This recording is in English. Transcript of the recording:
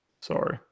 sorry